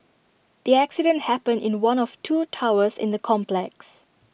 the accident happened in one of two towers in the complex